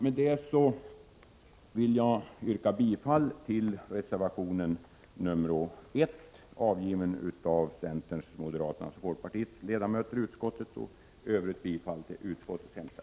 Med detta vill jag yrka bifall till reservation 1, avgiven av centerns, moderaternas och folkpartiets ledamöter i utskottet, och i övrigt bifall till utskottets hemställan.